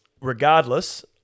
regardless